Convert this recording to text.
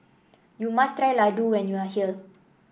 you must try Ladoo when you are here